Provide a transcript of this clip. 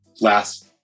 last